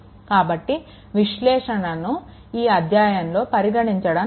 కాబట్టి విశ్లేషణను ఈ అధ్యాయంలో పరిగణించడం లేదు